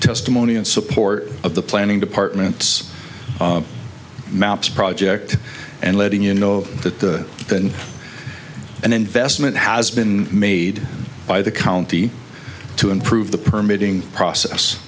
testimony in support of the planning department's maps project and letting you know that the than an investment has been made by the county to improve the permitting process